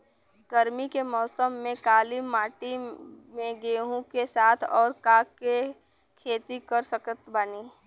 गरमी के मौसम में काली माटी में गेहूँ के साथ और का के खेती कर सकत बानी?